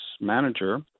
manager